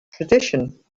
tradition